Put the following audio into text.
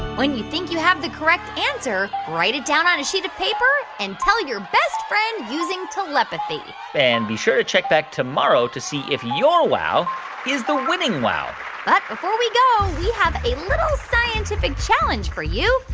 when you think you have the correct answer, write it down on a sheet of paper and tell your best friend using telepathy and be sure to check back tomorrow to see if your wow is the winning wow but before we go, we have a little scientific challenge for you.